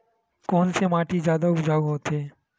कोन से माटी जादा उपजाऊ होथे?